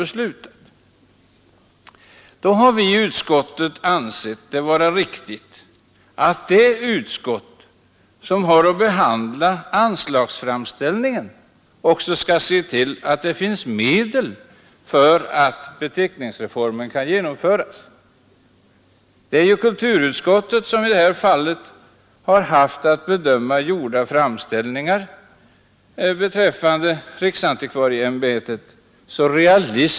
Men då har vi i utskottet ansett det vara riktigt att det utskott som har att behandla anslagsframställningen också ser till att det finns medel för beteckningsreformens genomförande. Kulturutskottet har här haft att så realistiskt som möjligt bedöma gjorda framställningar rörande riksantikvarieämbetet.